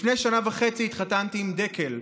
לפני שנה וחצי התחתנתי עם דקל,